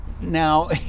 now